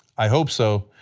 i hope so,